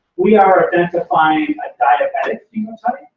we are identifying a diabetic phenotype.